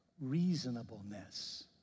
reasonableness